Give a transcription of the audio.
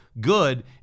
good